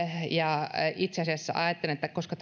ja itse asiassa ajattelen että koska